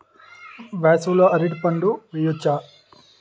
వేసవి లో అరటి పంట వెయ్యొచ్చా?